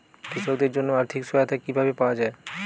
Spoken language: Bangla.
কৃষকদের জন্য আর্থিক সহায়তা কিভাবে পাওয়া য়ায়?